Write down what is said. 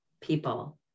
people